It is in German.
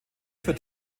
für